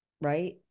Right